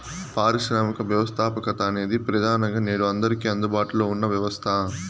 పారిశ్రామిక వ్యవస్థాపకత అనేది ప్రెదానంగా నేడు అందరికీ అందుబాటులో ఉన్న వ్యవస్థ